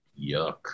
Yuck